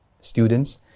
students